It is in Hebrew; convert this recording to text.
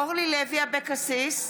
אורלי לוי אבקסיס,